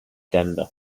denver